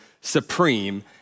supreme